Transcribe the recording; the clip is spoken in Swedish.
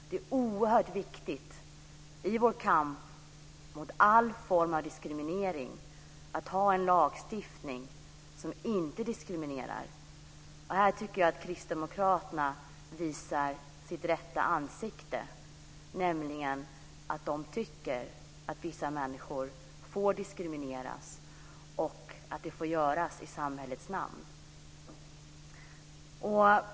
Det är oerhört viktigt i vår kamp mot all form av diskriminering att vi har en lagstiftning som inte diskriminerar. Här tycker jag att Kristdemokraterna visar sitt rätta ansikte. Man tycker nämligen att vissa människor får diskrimineras och att det får göras i samhällets namn.